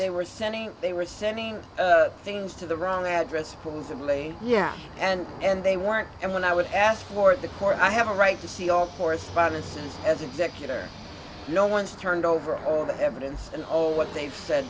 sending they were sending things to the wrong address supposedly yeah and and they weren't and when i would ask for the court i have a right to see all correspondence and as executor no one's turned over all the evidence and old what they've said